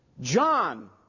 John